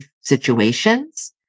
situations